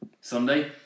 Sunday